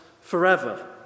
forever